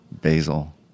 basil